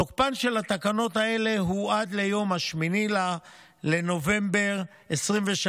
תוקפן של התקנות האלה הוא עד ליום 8 בנובמבר 2023,